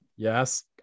yes